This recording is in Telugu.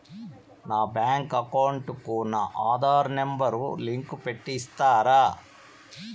నా బ్యాంకు అకౌంట్ కు నా ఆధార్ నెంబర్ లింకు పెట్టి ఇస్తారా?